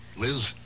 Liz